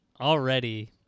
already